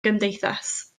gymdeithas